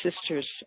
sisters